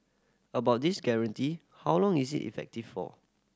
about this guarantee how long is it effective for